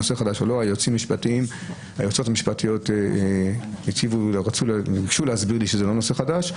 היועצות המשפטיות ביקשו להסביר לי שזה לא נושא חדש,